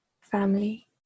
family